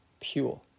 pure